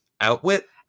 Outwit